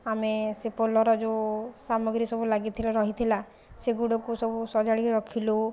ଆମେ ସେ ପୋଲର ଯେଉଁ ସାମଗ୍ରୀ ସବୁ ଲାଗିଥିଲା ରହିଥିଲା ସେଗୁଡ଼ାକୁ ସବୁ ସଜାଡ଼ିକି ରଖିଲୁ